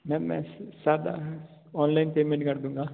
ma'am मैं सादा हाँ ऑनलाइन पेमेंट कर दूँगा